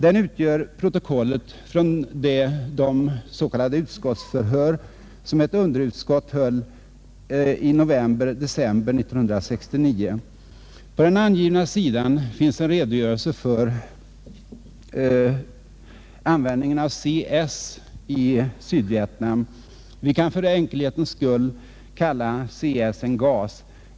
Den utgör protokollet från de s.k. utskottsförhör som ett underutskott höll i november-december 1969. På den angivna sidan finns en redogörelse för användningen av CS i Sydvietnam. Vi kan för enkelhetens skull kalla CS en gas.